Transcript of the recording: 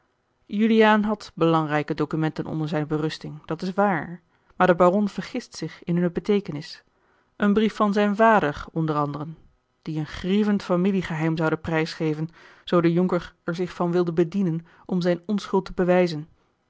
juliaan had belangrijke documenten onder zijne berusting dat is waar maar de baron vergist zich in hunne beteekenis een brief van zijn vader onder anderen die een grievend familiegeheim zoude prijs geven zoo de jonker er zich van wilde bedienen om zijne onschuld te bewijzen